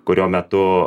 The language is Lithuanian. kurio metu